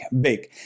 big